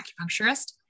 acupuncturist